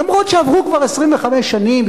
למרות שעברו כבר 25 שנים,